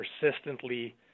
persistently